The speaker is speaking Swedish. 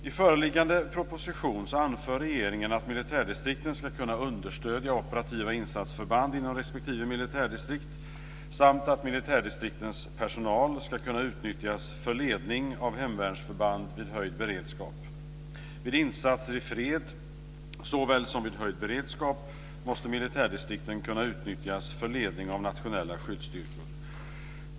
I föreliggande proposition anför regeringen att militärdistrikten ska kunna understödja operativa insatsförband inom respektive militärdistrikt samt att militärdistriktens personal ska kunna utnyttjas för ledning av hemvärnsförband vid höjd beredskap. Vid insatser i fred såväl som vid höjd beredskap måste militärdistrikten kunna utnyttjas för ledning av nationella skyddsstyrkor.